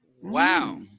Wow